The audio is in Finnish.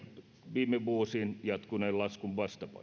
viime vuosiin jatkuneen laskun vastapainoksi